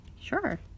Sure